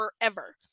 forever